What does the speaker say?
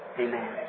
amen